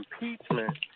impeachment